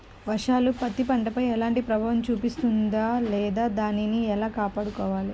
వర్షాలు పత్తి పంటపై ఎలాంటి ప్రభావం చూపిస్తుంద లేదా దానిని ఎలా కాపాడుకోవాలి?